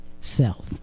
self